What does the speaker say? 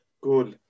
Cool